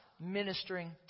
ministering